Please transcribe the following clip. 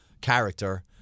character